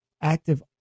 active